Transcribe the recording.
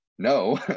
No